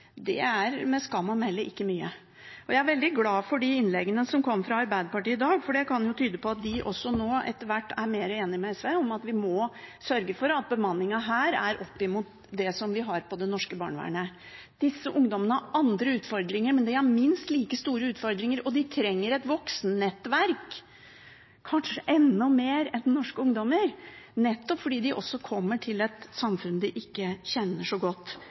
Det er med skam å melde ikke mye. Jeg er veldig glad for de innleggene som kommer fra Arbeiderpartiet i dag, for det kan jo tyde på at de også nå etter hvert er mer enig med SV i at vi må sørge for at bemanningen her er oppimot det som vi har i det norske barnevernet. Disse ungdommene har andre utfordringer, men de har minst like store utfordringer, og de trenger et voksennettverk kanskje enda mer enn norske ungdommer, nettopp fordi de kommer til et samfunn de ikke kjenner så godt